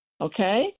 okay